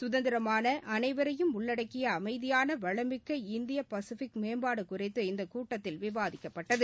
சுதந்திரமான அனைவரையும் உள்ளடக்கியஅமைதியான வளமிக்க இந்திய பசிபிக் மேம்பாடுகுறித்து இந்தகூட்டத்தில் விவாதிக்கப்பட்டது